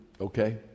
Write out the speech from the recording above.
okay